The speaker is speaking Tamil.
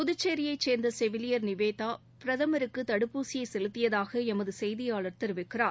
புதுச்சேரியைச் சேர்ந்த செவிலியர் நிவேதா பிரதமருக்கு தடுப்பூசியை செலுத்தியதாக எமது செய்தியாளர் தெரிவிக்கிறார்